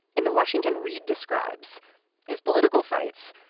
in the washington, reid describes his political fights.